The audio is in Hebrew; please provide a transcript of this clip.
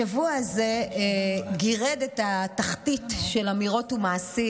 השבוע הזה גירד את התחתית של אמירות ומעשים,